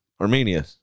Armenia